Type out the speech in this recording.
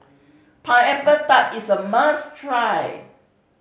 Pineapple Tart is a must try